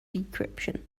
decryption